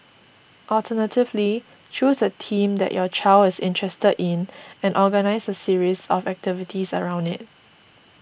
alternatively choose a theme that your child is interested in and organise a series of activities around it